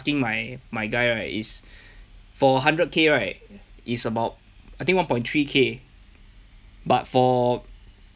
~king my my guy right is for hundred K right it's about I think one point three K but for